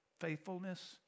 faithfulness